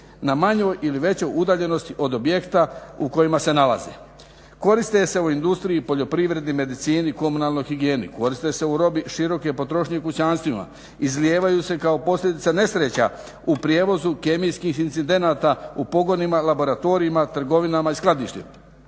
na manjoj ili većoj udaljenosti od objekta u kojima se nalaze. Koriste se u industriji, poljoprivredi, medicini, komunalnoj higijeni. Koriste se u robi široke potrošnje i kućanstvima, izlijevaju se kao posljedica nesreća u prijevozu kemijskih incidenata, u pogonima, laboratorijima, trgovinama i skladištima.